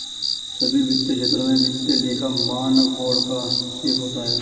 सभी वित्तीय क्षेत्रों में वित्तीय लेखा मानक बोर्ड का हस्तक्षेप होता है